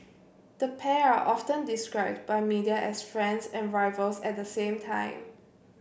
the pair are often described by media as friends and rivals at the same time